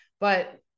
but-